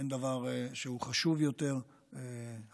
אין דבר שהוא חשוב יותר היום.